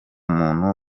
muntu